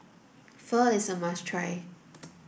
Pho is a must try